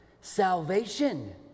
salvation